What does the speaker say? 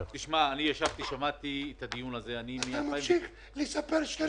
אתה ממשיך לספר שקרים,